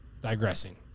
digressing